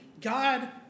God